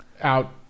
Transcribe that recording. out